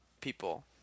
people